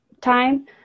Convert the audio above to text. time